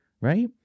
right